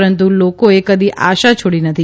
પરંતુ લોકોએ કદી આશા છોડી નથી